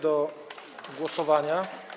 do głosowania.